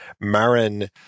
Marin